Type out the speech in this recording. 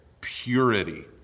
purity